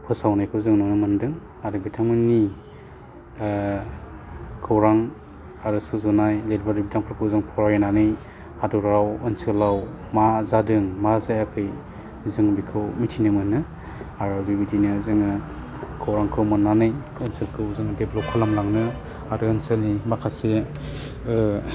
फोसावनायखौ जों नुनो मोनदों आरो बिथांमोननि खौरां आरो सुजुनाय लिरबिदां बिफोरखौ जों फरायनानै हादोराव ओनसोलाव मा जादों मा जायाखै जों बेखौ मिथिनो मोनो आरो बेबायदिनो जोङो खौरांखौ मोन्नानै ओनसोलखौ जों देबलाब्द खालामलांनो आरो ओनसोलनि माखासे